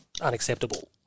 unacceptable